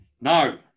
No